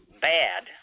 bad